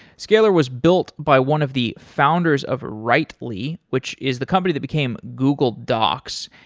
scalyr was built by one of the founders of writely, which is the company that became google docs,